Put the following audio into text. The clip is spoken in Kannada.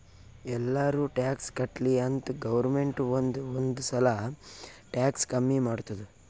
ಎಲ್ಲಾರೂ ಟ್ಯಾಕ್ಸ್ ಕಟ್ಲಿ ಅಂತ್ ಗೌರ್ಮೆಂಟ್ ಒಂದ್ ಒಂದ್ ಸಲಾ ಟ್ಯಾಕ್ಸ್ ಕಮ್ಮಿ ಮಾಡ್ತುದ್